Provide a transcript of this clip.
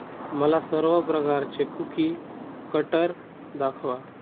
मला सर्व प्रकारचे कुकी कटर दाखवा